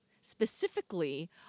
Specifically